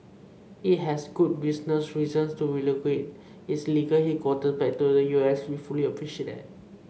it has good business reasons to relocate its legal headquarters back to the U S and we fully appreciate that